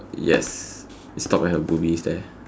yes it stops at the boobies there